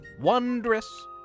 wondrous